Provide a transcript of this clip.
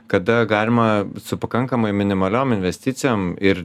kada galima su pakankamai minimaliom investicijom ir